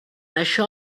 això